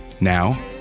Now